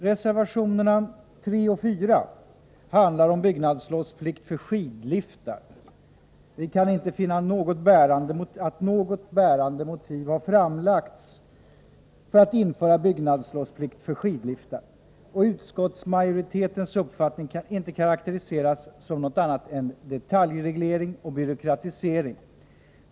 Reservationerna 3 och 4 behandlar byggnadslovsplikt för skidliftar. Vi kan inte finna att något bärande motiv framlagts för att införa byggnadslovsplikt för skidliftar, och utskottsmajoritetens uppfattning kan inte karakteriseras som något annat än detaljreglering och byråkratisering.